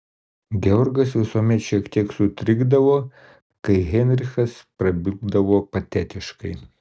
georgas visuomet šiek tiek sutrikdavo kai heinrichas prabildavo patetiškai